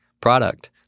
product